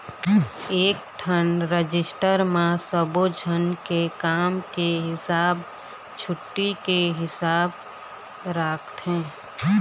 एकठन रजिस्टर म सब्बो झन के काम के हिसाब, छुट्टी के हिसाब राखथे